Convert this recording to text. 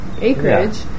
acreage